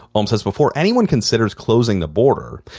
um says before anyone considers closing the border,